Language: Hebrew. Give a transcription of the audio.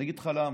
אני אגיד לך למה,